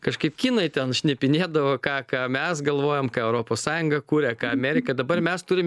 kažkaip kinai ten šnipinėdavo ką ką mes galvojom ką europos sąjunga kuria ką amerika dabar mes turim